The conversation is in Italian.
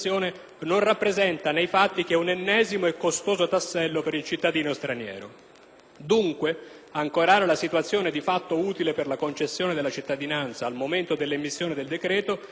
Dunque, ancorare la situazione di fatto utile per la concessione della cittadinanza al momento dell'emissione del decreto significa esporre l'istante alla mercé dei tempi e delle inefficienze del Ministero